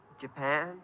Japan